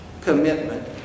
commitment